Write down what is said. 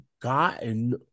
gotten